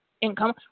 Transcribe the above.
income